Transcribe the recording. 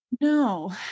No